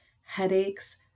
headaches